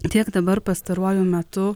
tiek dabar pastaruoju metu